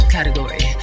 Category